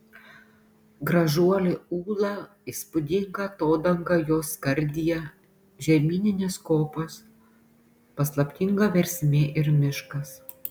gražuolė ūla įspūdinga atodanga jos skardyje žemyninės kopos paslaptinga versmė ir miškas